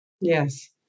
Yes